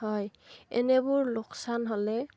হয় এনেবোৰ লোকচান হ'লে